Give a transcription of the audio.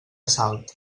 salt